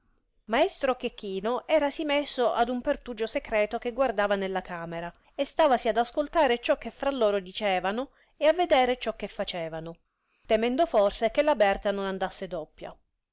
maestro chechino erasi messo ad un pertugio secreto che guardava nella camera e stavasi ad ascoltare ciò che fra loro dicevano e a vedere ciò che facevano temendo forse che la berta non andasse doppia